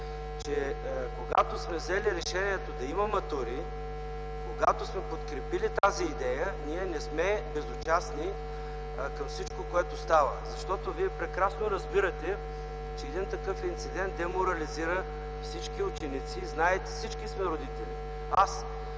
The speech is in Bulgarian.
че когато сме взели решението да има матури, когато сме подкрепили тази идея, ние не сме безучастни към всичко, което става. Защото, Вие прекрасно разбирате, че един такъв инцидент деморализира всички ученици. Знаете – всички сме родители. Аз